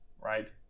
right